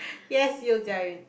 yes you join